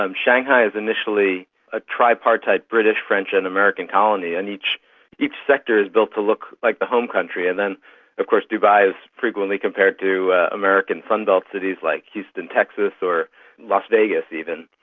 um shanghai as initially a tripartite british, french and american colony, and each each sector is built to look like the home country. and then of course dubai is frequently compared to american sunbelt cities like houston texas or las vegas even.